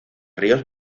ríos